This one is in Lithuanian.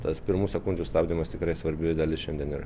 tas pirmų sekundžių stabdymas tikrai svarbi dalis šiandien yra